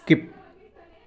skip